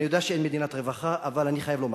ואני יודע שאין מדינת רווחה אבל אני חייב לומר: